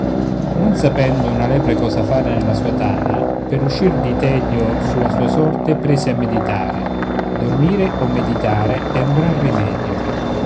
non sapendo una lepre cosa fare nella sua tana per uscir di tedio sulla sua sorte prese a meditare dormire o meditare è un gran rimedio